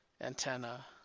antenna